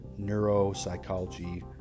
neuropsychology